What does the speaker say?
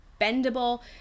bendable